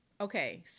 Okay